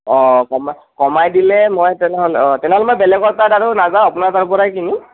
অঁ কমাই কমাই দিলে মই তেনেহ'লে অঁ তেনেহলে মই বেলেগৰ তাত আৰু নাযাও আপোনাৰ তাৰ পৰাই কিনিম